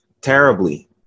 terribly